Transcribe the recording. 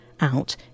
out